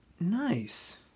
Nice